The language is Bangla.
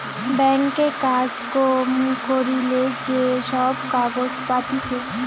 ব্যাঙ্ক এ কাজ কম করিলে যে সব কাগজ পাতিছে